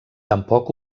tampoc